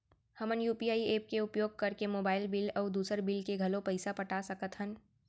हमन UPI app के उपयोग करके मोबाइल बिल अऊ दुसर बिल के घलो पैसा पटा सकत हन